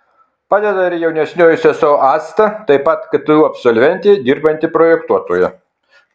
padeda ir jaunesnioji sesuo asta taip pat ktu absolventė dirbanti projektuotoja